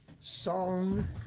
Song